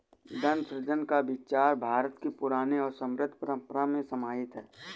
धन सृजन का विचार भारत की पुरानी और समृद्ध परम्परा में समाहित है